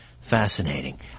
fascinating